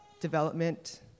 development